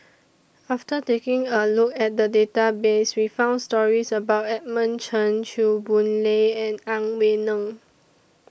after taking A Look At The Database We found stories about Edmund Chen Chew Boon Lay and Ang Wei Neng